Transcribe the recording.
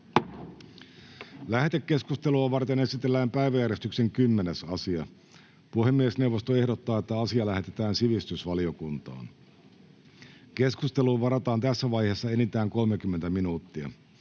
Lähetekeskustelua varten esitellään päiväjärjestyksen 10. asia. Puhemiesneuvosto ehdottaa, että asia lähetetään sivistysvaliokuntaan. Keskusteluun varataan tässä vaiheessa enintään 30 minuuttia.